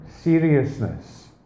seriousness